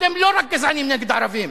אתם לא רק גזענים נגד ערבים,